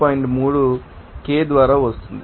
3 K ద్వారా వస్తోంది